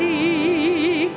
he